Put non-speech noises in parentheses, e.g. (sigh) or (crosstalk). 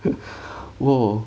(laughs) !whoa!